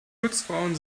putzfrauen